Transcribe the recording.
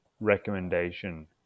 recommendation